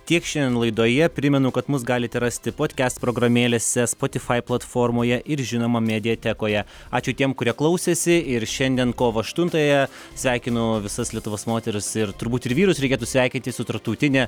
tiek šiandien laidoje primenu kad mus galite rasti podcast programėlėse spotify platformoje ir žinoma mediatekoje ačiū tiems kurie klausėsi ir šiandien kovo aštuntąją sveikinu visas lietuvos moteris ir turbūt ir vyrus reikėtų sveikinti su tarptautine